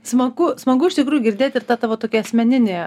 smagu smagu iš tikrųjų girdėt ir tą tokį tavo asmeninį